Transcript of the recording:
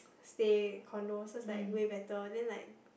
stay condo so it's like way better then like